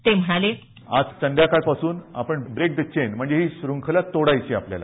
ते म्हणाले आज संध्याकाळपासून ब्रेक दी चेन म्हणजे ही श्रंखला तोडायची आपल्याला